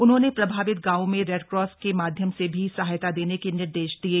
उन्होंने प्रभावित गांवों में रेडक्रॉस के माध्यम से भी सहायता देने के निर्देश दिये